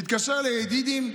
מתקשר לידידים.